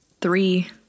three